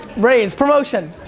raise, promotion.